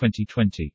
2020